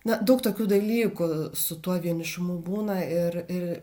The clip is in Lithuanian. na daug tokių dalykų su tuo vienišumu būna ir ir